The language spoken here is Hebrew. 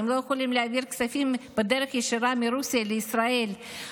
כי הם לא יכולים להעביר כספים בדרך ישירה מרוסיה לישראל,